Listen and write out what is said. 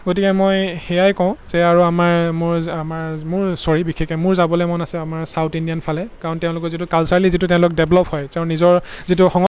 গতিকে মই সেয়াই কওঁ যে আৰু আমাৰ মোৰ আমাৰ মোৰ চৰি বিশেষকৈ মোৰ যাবলৈ মন আছে আমাৰ ছাউথ ইণ্ডিয়ান ফালে কাৰণ তেওঁলোকৰ যিটো কালচাৰেলি যিটো তেওঁলোক ডেভলপ হয় তেওঁ নিজৰ যিটো সং